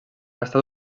estat